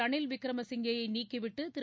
ரணில் விக்ரமசிங்கேயை நீக்கிவிட்டு திரு